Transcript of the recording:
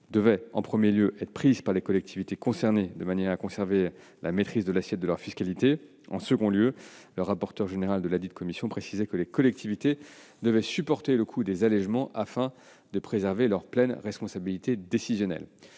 devaient être prises par les collectivités concernées afin de leur permettre de conserver la maîtrise de l'assiette de leur fiscalité. Par ailleurs, le rapporteur général de ladite commission précisait que les collectivités devaient supporter le coût des allégements afin de préserver leur pleine responsabilité décisionnelle.